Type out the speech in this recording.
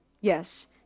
Yes